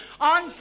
on